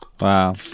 Wow